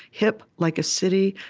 hip like a city,